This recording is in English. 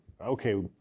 okay